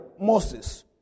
Moses